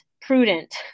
prudent